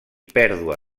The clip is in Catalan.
pèrdua